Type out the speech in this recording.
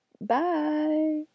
Bye